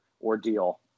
ordeal